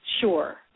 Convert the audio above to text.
Sure